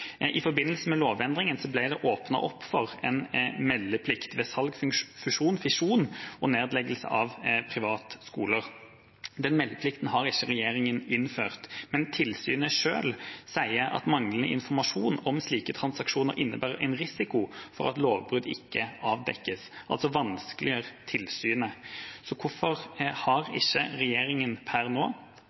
I forbindelse med lovendringen ble det åpnet opp for meldeplikt ved salg, fusjon, fisjon og nedleggelse av privatskoler. Den meldeplikten har ikke regjeringa innført, men tilsynet selv sier at manglende informasjon om slike transaksjoner innebærer en risiko for at lovbrudd ikke avdekkes – altså vanskeliggjør tilsynet. Hvorfor har ikke regjeringa per nå